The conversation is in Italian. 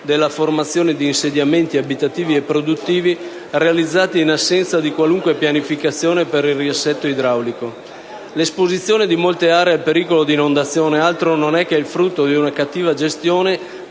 della formazione di insediamenti, abitativi e produttivi, realizzati in assenza di qualunque pianificazione per il riassetto idraulico del territorio. L'esposizione di molte aree al pericolo di inondazione altro non è che il frutto di una cattiva gestione